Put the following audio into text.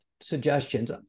suggestions